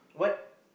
what